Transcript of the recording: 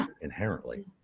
inherently